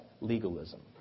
legalism